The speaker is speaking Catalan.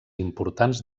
importants